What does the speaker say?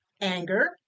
anger